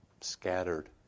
scattered